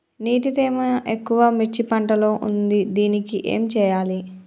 నీటి తేమ ఎక్కువ మిర్చి పంట లో ఉంది దీనికి ఏం చేయాలి?